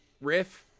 riff